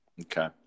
Okay